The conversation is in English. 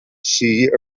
she